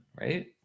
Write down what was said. right